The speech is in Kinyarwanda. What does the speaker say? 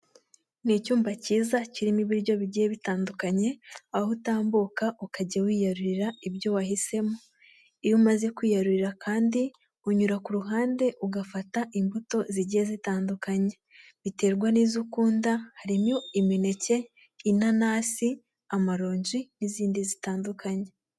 Ni icyumba cyiza kirimo ibiryo bigiye bitandukanye aho utambuka ukajya wiyarurira ibyo wahisemo; iyo umaze kwiyarurira kandi unyura ku ruhande ugafata imbuto zigiye zitandukanye; biterwa n'izo ukunda harimo imineke, inanasi, amaronji n'izindi zitandukanye.